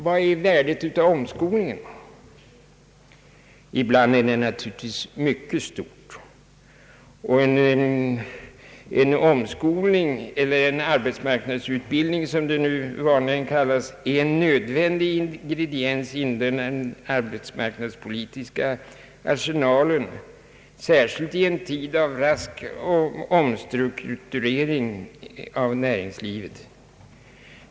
Vad är värdet av omskolning? Ibland är det naturligtvis mycket stort, och en omskolning eller en arbetsmarknadsutbildning, som det nu vanligen kallas, är en nödvändig ingrediens i den arbetsmarknadspolitiska arsenalen, särskilt i en tid av rask omstrukturering av näringslivet.